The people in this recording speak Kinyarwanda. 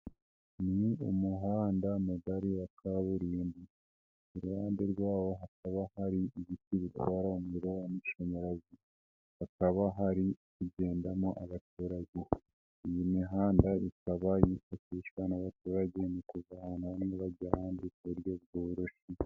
Ni umuhanda mugari wa kaburimbo. Kuruhande rwawo hakaba hari igiti gitwara umuriro w'amashanyarazi. Hakaba hari kugendamo abaturage. Iyi mihanda ikaba yifashishwa n'abaturage mu kuva ahantu hamwe bajya ahandi ku buryo bworoshye.